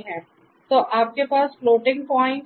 तो आपके पास फ्लोटिंग प्वाइंट